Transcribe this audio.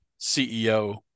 CEO